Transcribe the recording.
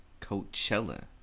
Coachella